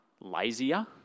lazier